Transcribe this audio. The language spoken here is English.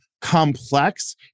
complex